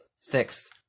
Six